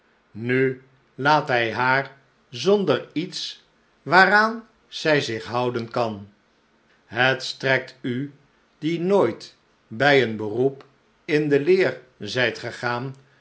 nu laat hij haar zonder iets waaraan zij zich houden kan het strekt u die nooit bij een beroep in de leer zijt gedaan